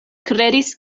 kredis